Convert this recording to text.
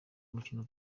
mukino